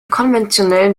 konventionellen